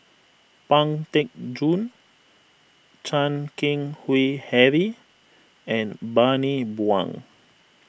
Pang Teck Joon Chan Keng Howe Harry and Bani Buang